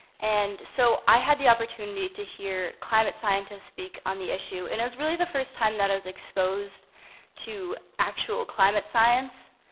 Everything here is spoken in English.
and so, i had the opportunity to hear climate scientists speak on the issue, and it was really the first time that i was exposed to actual climate science,